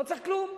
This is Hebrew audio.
לא צריך כלום.